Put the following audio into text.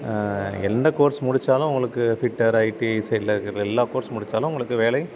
எந்த கோர்ஸ் முடித்தாலும் அவங்களுக்கு ஃபிட்டர் ஐடி சைடில் இருக்கிற எல்லா கோர்ஸும் முடித்தாலும் அவங்களுக்கு வேலையும்